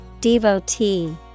Devotee